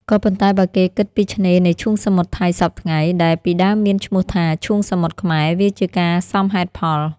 ក៏ប៉ុន្តែបើគេគិតពីឆ្នេរនៃឈូងសមុទ្រថៃសព្វថ្ងៃ ដែលពីដើមមាន ឈ្មោះថា ឈូងសមុទ្រខ្មែរ វាជាការសមហេតុផល។